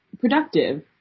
productive